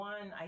One